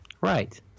Right